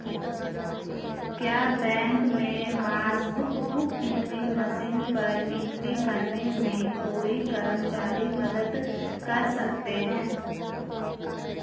क्या बैंक में passbook book entry machine पर एंट्री करने में कोई कर्मचारी मदद कर सकते हैं?